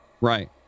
Right